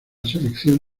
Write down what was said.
selección